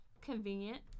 convenient